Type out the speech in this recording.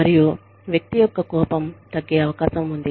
మరియు వ్యక్తి యొక్క కోపం తగ్గే అవకాశం ఉంది